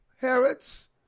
Herod's